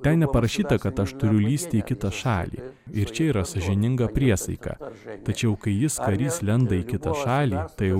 ten neparašyta kad aš turiu lįsti į kitą šalį ir čia yra sąžininga priesaika tačiau kai jis karys lenda į kitą šalį tai